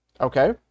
Okay